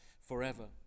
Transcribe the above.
forever